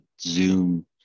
Zoom